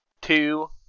two